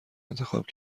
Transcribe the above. انتخاب